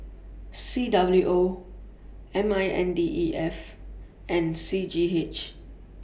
C W O M I N D E F and C G H